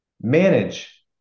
manage